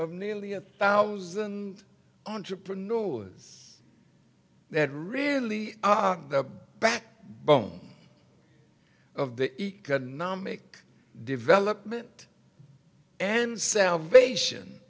of nearly a thousand entrepreneurs that really the backbone of the economic development and salvation